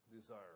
desire